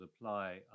apply